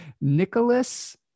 Nicholas